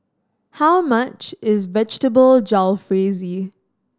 how much is Vegetable Jalfrezi